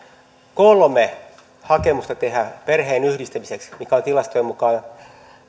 kolme hakemusta perheenyhdistämiseksi mikä on tilastojen mukaan